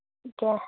ٹھیک ہے